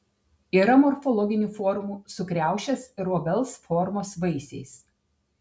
yra morfologinių formų su kriaušės ir obels formos vaisiais